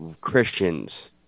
Christians